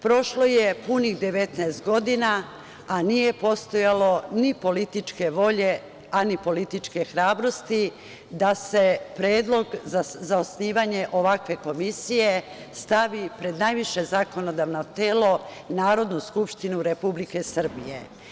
Prošlo je punih 19 godina a nije postojalo ni političke volje, a ni političke hrabrosti da se predlog za osnivanje ovakve komisije stavi pred najviše zakonodavno telo Narodnu skupštinu Republike Srbije.